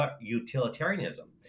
utilitarianism